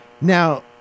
now